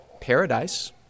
Paradise